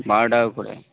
বারো টাকা করে